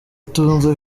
itunze